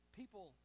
people